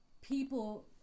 people